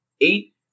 eight